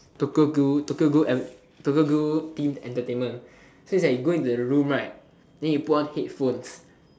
Tokyo-Ghoul Tokyo-Ghoul advert Tokyo-Ghoul themed entertainment so it's like go into the room right then you put on headphones